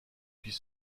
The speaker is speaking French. puis